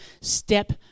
step